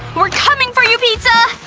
we're coming for you, pizza!